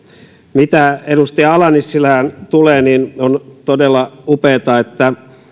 mitä edustaja ala nissilään tulee niin on todella upeaa että